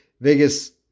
Vegas